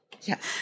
Yes